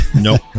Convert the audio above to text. Nope